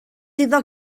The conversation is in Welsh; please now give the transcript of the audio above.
iddo